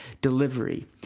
delivery